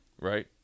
Right